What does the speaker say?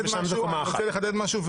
רוצה לחדד משהו,